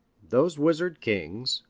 those wizard kings,